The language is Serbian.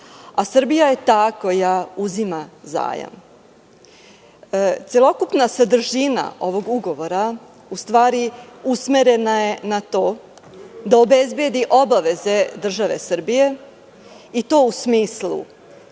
a Srbija je ta koja uzima zajam. Celokupna sadržina ovog ugovora u stvari usmerena je na to da obezbedi obaveze države Srbije i to u smislu